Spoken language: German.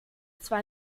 zwar